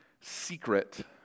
secret